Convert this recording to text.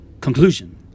conclusion